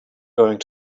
going